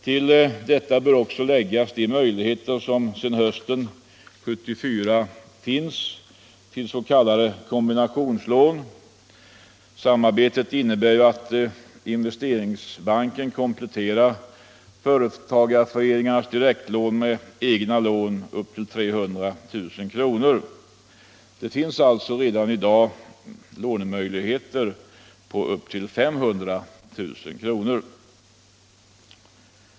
Till detta bör läggas de möjligheter som sedan hösten 1974 finns till s.k. kombinationslån. Samarbetet innebär att Investeringsbanken kompletterar företagareföreningarnas direktlån med egna lån på upp till 300 000 kr.